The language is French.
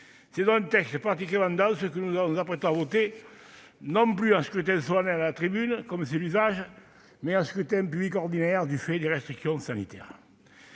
C'est donc un texte particulièrement dense sur lequel nous nous apprêtons à voter, non plus par un scrutin solennel à la tribune, comme c'est l'usage, mais par un scrutin public ordinaire, du fait des restrictions sanitaires.